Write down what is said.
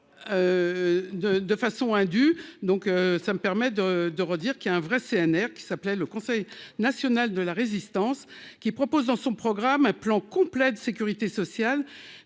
de façon indue, donc ça me permet de de redire qu'il a un vrai CNR qui s'appelait le Conseil national de la Résistance. Qui propose dans son programme un plan complet de sécurité sociale